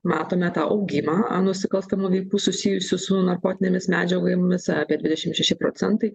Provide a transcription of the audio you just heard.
matome tą augimą nusikalstamų veikų susijusių su narkotinėmis medžiagomis apie dvidešim šeši procentai